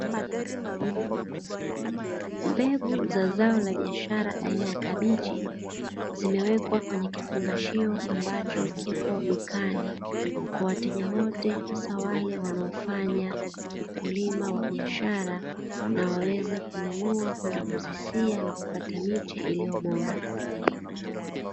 Mbegu za zao la biashara aina ya kabichi zimewekwa kwenye kifungashio, ambacho kipo dukani kwa wateja wote hasa wale wanaofanya ukulima wa biashara na waweze kununua kwenda kuzisia na kupata miti iliyo bora.